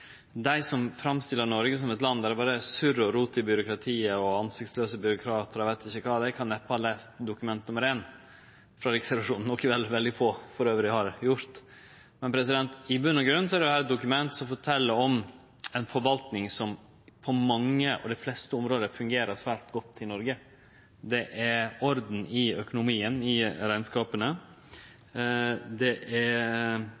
dei som framstiller Noreg som eit land der det berre er surr og rot i byråkratiet, ansiktslause byråkratar og eg veit ikkje kva, kan neppe ha lese Dokument 1frå Riksrevisjonen, noko veldig få dessutan har gjort. I grunnen er det eit dokument som fortel om ei forvaltning som på dei fleste områda fungerer svært godt i Noreg. Det er orden i økonomien og i